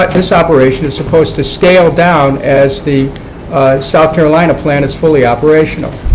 but this operation is supposed to scale down as the south carolina plant is fully operational.